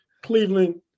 Cleveland